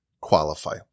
qualify